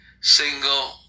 single